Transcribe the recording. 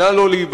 נא לא להיבהל.